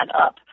up